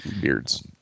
beards